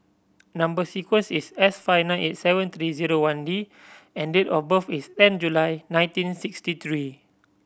number sequence is S five nine eight seven three zero one D and date of birth is ten July nineteen sixty three